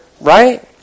Right